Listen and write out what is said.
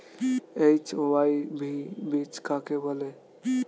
HYV বীজ কাকে বলে?